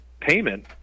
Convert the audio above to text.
payment